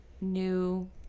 new